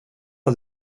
att